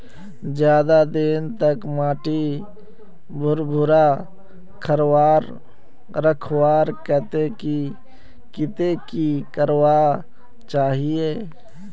ज्यादा दिन तक माटी भुर्भुरा रखवार केते की करवा होचए?